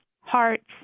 hearts